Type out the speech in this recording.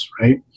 right